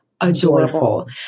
Adorable